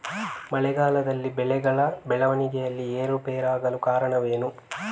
ಮಳೆಗಾಲದಲ್ಲಿ ಬೆಳೆಗಳ ಬೆಳವಣಿಗೆಯಲ್ಲಿ ಏರುಪೇರಾಗಲು ಕಾರಣವೇನು?